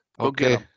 Okay